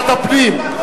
פנים.